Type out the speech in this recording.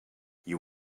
you